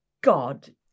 God